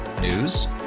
News